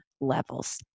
levels